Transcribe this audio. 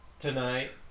tonight